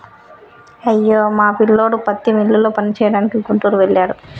అయ్యో మా పిల్లోడు పత్తి మిల్లులో పనిచేయడానికి గుంటూరు వెళ్ళాడు